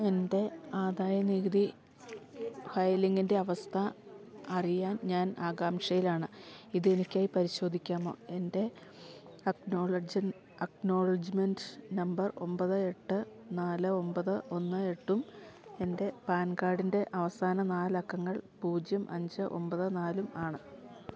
എന്റെ ആദായനികുതി ഫയലിങ്ങിന്റെ അവസ്ഥ അറിയാൻ ഞാൻ ആകാംക്ഷയിലാണ് ഇതെനിക്കായ് പരിശോധിക്കാമോ എന്റെ അക്നോളജ്മെന്റ് നമ്പർ ഒമ്പത് എട്ട് നാല് ഒമ്പത് ഒന്ന് എട്ടും എന്റെ പാൻ കാര്ഡിന്റെ അവസാന നാലക്കങ്ങൾ പൂജ്യം അഞ്ച് ഒമ്പത് നാലുമാണ്